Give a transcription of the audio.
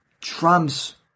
Trump's